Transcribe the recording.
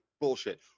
bullshit